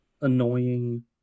annoying